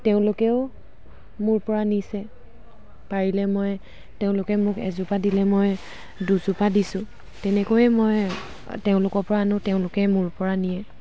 তেওঁলোকেও মোৰ পৰা নিছে পাৰিলে মই তেওঁলোকে মোক এজোপা দিলে মই দুজোপা দিছোঁ তেনেকৈয়ে মই তেওঁলোকৰ পৰা আনো তেওঁলোকে মোৰ পৰা নিয়ে